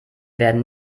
werden